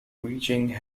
reaching